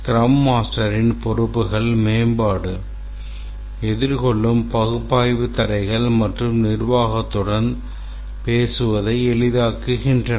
scrum மாஸ்டரின் பொறுப்புகள் மேம்பாடு எதிர்கொள்ளும் பகுப்பாய்வு தடைகள் மற்றும் நிர்வாகத்துடன் பேசுவதை எளிதாக்குகின்றன